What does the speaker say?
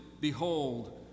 Behold